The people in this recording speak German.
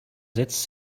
setzt